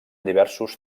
diversos